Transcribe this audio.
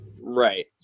right